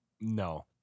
No